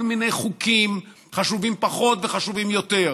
מיני חוקים חשובים פחות וחשובים יותר,